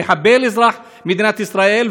"מחבל אזרח מדינת ישראל",